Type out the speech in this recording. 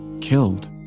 Killed